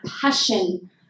passion